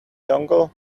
dongle